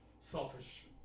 selfish